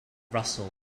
russell